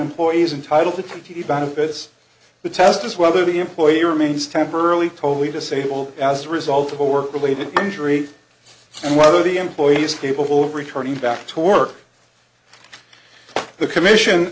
employee's entitled to compete benefits the test is whether the employee remains temporarily totally disabled as a result of a work related injury and whether the employees capable of returning back to work the commission